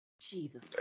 Jesus